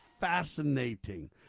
fascinating